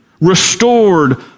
restored